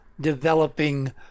developing